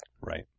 Right